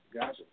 gotcha